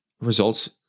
Results